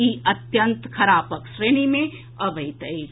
ई अत्यंत खराबक श्रेणी अबैत अछि